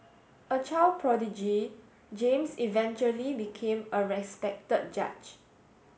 a child prodigy James eventually became a respected judge